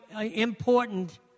important